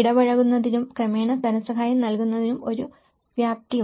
ഇടപഴകുന്നതിനും ക്രമേണ ധനസഹായം നൽകുന്നതിനും ഒരു വ്യാപ്തിയുണ്ട്